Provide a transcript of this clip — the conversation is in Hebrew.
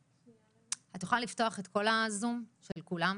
את יכולה לפתוח את כל הזום של כולם?